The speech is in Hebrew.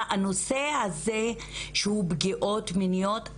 הנושא הזה שהוא פגיעות מיניות,